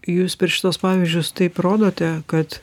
jūs per šituos pavyzdžius taip rodote kad